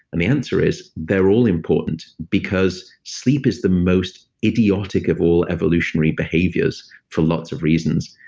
ah the answer is, they're all important because sleep is the most idiotic of all evolutionary behaviors for lots of reasons.